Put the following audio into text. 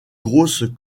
grosse